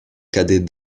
cadet